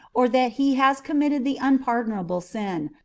or that he has committed the unpardonable sin,